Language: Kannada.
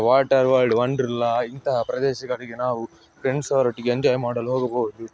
ವಾಟರ್ ವರ್ಲ್ಡ್ ವಂಡ್ರ್ಲಾ ಇಂತಹ ಪ್ರದೇಶಗಳಿಗೆ ನಾವು ಫ್ರೆಂಡ್ಸ್ ಅವರೊಟ್ಟಿಗೆ ಎಂಜಾಯ್ ಮಾಡಲು ಹೋಗಬಹುದು